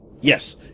Yes